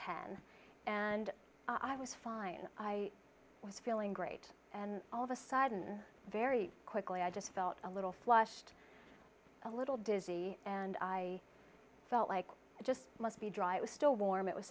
ten and i was fine i was feeling great and all of a sudden very quickly i just felt a little flushed a little dizzy and i felt like it just must be dry it was still warm it was